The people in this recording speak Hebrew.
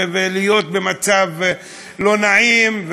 ולהיות במצב לא נעים,